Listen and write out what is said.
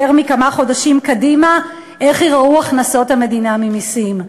מכמה חודשים קדימה איך ייראו הכנסות המדינה ממסים.